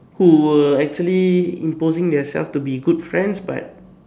who were actually imposing their self to be good friends but